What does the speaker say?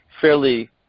fairly